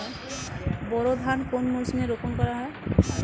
বোরো ধান কোন মরশুমে রোপণ করা হয়?